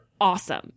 awesome